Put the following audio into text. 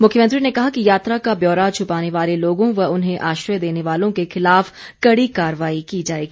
मुख्यमंत्री ने कहा कि यात्रा का ब्यौरा छुपाने वाले लोगों व उन्हें आश्रय देने वालों के खिलाफ कड़ी कार्रवाई की जाएगी